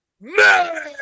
man